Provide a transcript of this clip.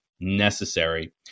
necessary